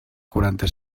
quaranta